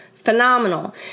phenomenal